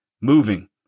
moving